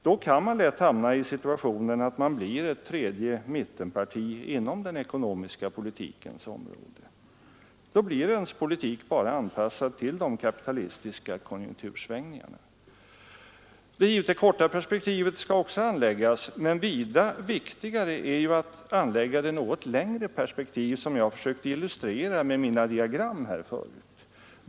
Då kan man lätt hamna i den situationen, att man blir ett tredje mittenparti inom den ekonomiska politikens område och att ens politik bara blir anpassad till de kapitalistiska konjunktursvängningarna. Det är givet att också det korta perspektivet skall anläggas, men vida viktigare är att anlägga det något längre perspektiv som jag här tidigare försökte åskådliggöra med mina diagram.